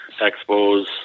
Expos